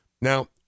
Now